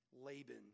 Laban